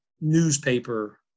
newspaper